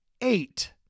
eight